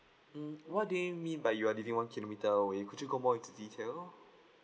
mm what do you mean by you are leading one kilometre away could you go more into detail